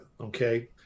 Okay